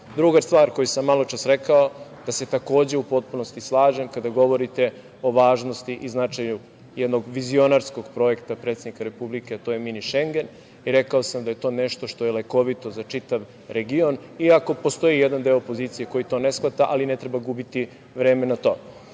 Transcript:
stvar koju sam maločas rekao, da se takođe u potpunosti slažem kada govorite o važnosti i značaju jednog vizionarskog projekta predsednika Republike, a to je „Mini šengen“, i rekao sam da je to nešto što je lekovito za čitav region, i ako postoji jedan deo opozicije koji to ne shvata, ali ne treba gubiti vreme na